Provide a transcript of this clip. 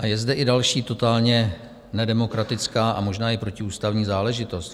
Je zde i další totálně nedemokratická a možná i protiústavní záležitost.